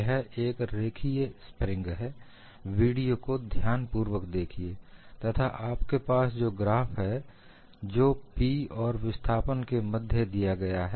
यह एक रेखीय स्प्रिंग है वीडियो को ध्यानपूर्वक देखिए तथा आपके पास ग्राफ है जो P और विस्थापन के मध्य दिया गया है